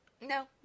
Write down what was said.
No